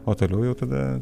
o toliau jau tada